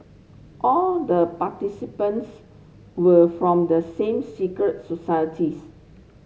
all the participants were from the same secret societies